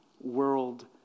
world